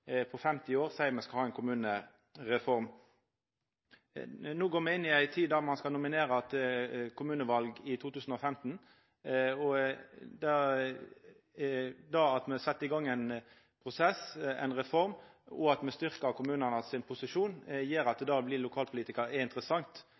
på 50 år seier me skal ha ei kommunereform. Me går inn i ei tid då ein skal nominera til kommunevalet i 2015. Det at me set i gang ein prosess, ei reform, og at me styrkjer posisjonen til kommunane, gjer at